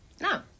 No